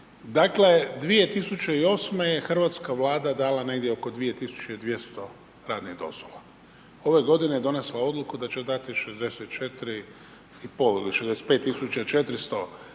Dakle, 2008. je hrvatska Vlada dala negdje oko 2200 radnih dozvola. Ove godine je donesla odluku da će dati 64,5 ili 65